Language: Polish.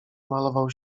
malował